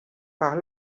par